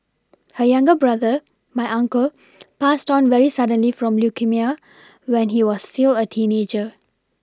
her younger brother my uncle passed on very suddenly from leukaemia when he was still a teenager